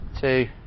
Two